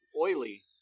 oily